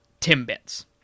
timbits